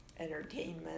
entertainment